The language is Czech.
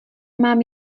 mám